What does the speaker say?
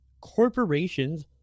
corporations